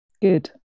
Good